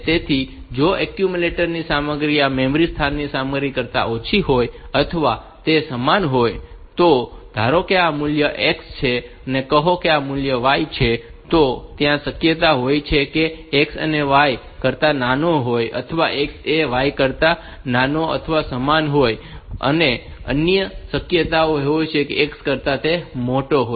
તેથી જો એક્યુમ્યુલેટર ની સામગ્રી આ મેમરી સ્થાનની સામગ્રી કરતાં ઓછી હોય અથવા તે સમાન હોય તો ધારો કે આ મૂલ્ય x છે અને કહો કે આ મૂલ્ય y છે તો ત્યાં શક્યતાઓ એ હોય છે કે x એ y કરતા નાનો હોય અથવા x એ y કરતાં નાનો અથવા સમાન હોય અને અન્ય શક્યતા એ હોય છે કે x એ y કરતા મોટો હોય